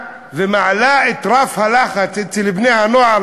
שלשמוע אותה מעלה את רף הלחץ אצל בני-הנוער,